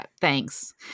thanks